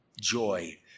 joy